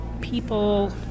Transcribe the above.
people